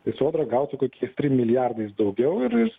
tai sodra gautų kokiais trim milijardais daugiau ir